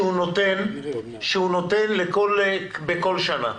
שהוא נותן בכל שנה.